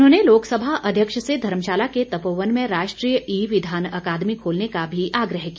उन्होंने लोकसभा अध्यक्ष से धर्मशाला के तपोवन में राष्ट्रीय ई विधान अकादमी खोलने का भी आग्रह किया